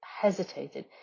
hesitated